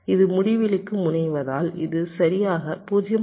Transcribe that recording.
இது முடிவிலிக்கு முனைவதால் இது சரியாக 0